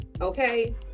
Okay